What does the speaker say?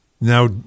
Now